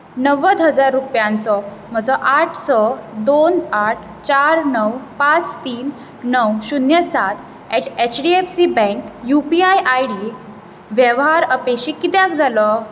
णव्वद हजार रुपयांचो म्हजो आठ स दोन आठ चार णव पांच तीन णव शून्य सात eight HDFC bank UPI ID वेव्हार अपेशी कित्याक जालो